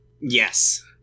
Yes